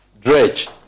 dredge